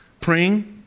praying